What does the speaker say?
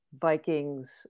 Vikings